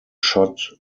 shot